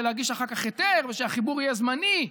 להגיש אחר כך היתר וכדי שהחיבור יהיה זמני,